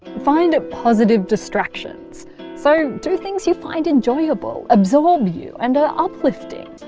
find positive distractions so do things you find enjoyable, absorb you and are uplifting.